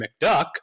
McDuck